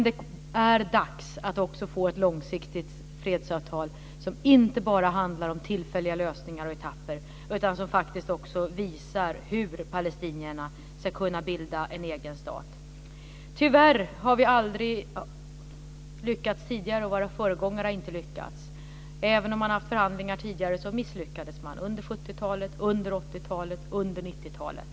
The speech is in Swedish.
Det är dags att också få ett långsiktigt fredsavtal som inte bara handlar om tillfälliga lösningar och etapper utan som faktiskt också visar hur palestinierna ska kunna bilda en egen stat. Tyvärr har vi aldrig tidigare lyckats. Våra föregångare har heller inte lyckats. Även om man haft förhandlingar tidigare misslyckades man - under 70 talet, under 80-talet och under 90-talet.